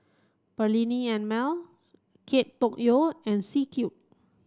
Perllini and Mel Kate Tokyo and C Cube